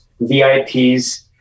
VIPs